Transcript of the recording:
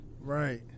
Right